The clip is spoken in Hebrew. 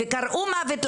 מעבר, קריאות: